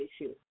issue